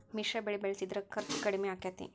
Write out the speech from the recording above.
ಮಿಶ್ರ ಬೆಳಿ ಬೆಳಿಸಿದ್ರ ಖರ್ಚು ಕಡಮಿ ಆಕ್ಕೆತಿ?